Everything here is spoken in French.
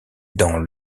dans